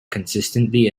consistently